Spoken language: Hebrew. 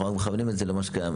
אנחנו רק מכוונים את זה למה שקיים.